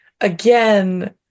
again